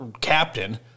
captain –